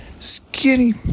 skinny